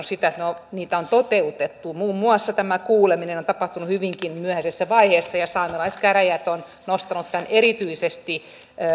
sitä että niitä on toteutettu muun muassa tämä kuuleminen on on tapahtunut hyvinkin myöhäisessä vaiheessa ja saamelaiskäräjät on nostanut tämän erityisesti